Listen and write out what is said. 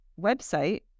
website